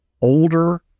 older